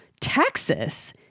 Texas